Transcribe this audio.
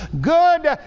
Good